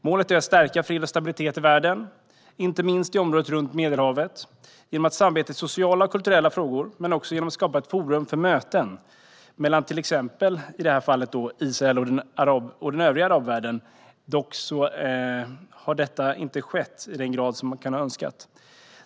Målet är att stärka fred och stabilitet i världen, inte minst i området runt Medelhavet, genom att samarbeta i sociala och kulturella frågor men också genom att skapa ett forum för möten mellan till exempel i det här fallet Israel och övriga arabvärlden. Dock har detta inte skett i den grad man kunde ha önskat.